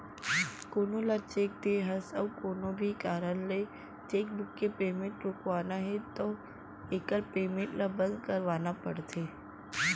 कोनो ल चेक दे हस अउ कोनो भी कारन ले चेकबूक के पेमेंट रोकवाना है तो एकर पेमेंट ल बंद करवाना परथे